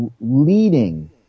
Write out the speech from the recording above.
leading